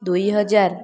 ଦୁଇ ହଜାର